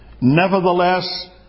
Nevertheless